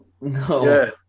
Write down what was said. No